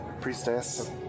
Priestess